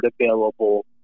available